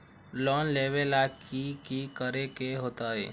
Loan लेबे ला की कि करे के होतई?